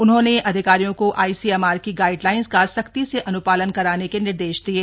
उन्होंनेअधिकारियों को आईसीएमआर की गाइडलाइंस का सख्ती से अनुपालन कराने के निर्देश दिये